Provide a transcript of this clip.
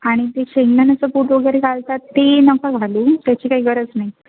आणि ते शेंगदाण्याचं कूट वगैरे घालतात ते नका घालू त्याची काही गरज नाही